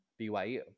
BYU